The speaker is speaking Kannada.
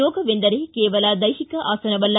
ಯೋಗವೆಂದರೆ ಕೇವಲ ದೈಹಿಕ ಆಸನವಲ್ಲ